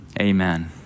Amen